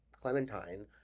Clementine